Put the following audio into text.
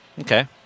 Okay